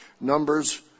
Numbers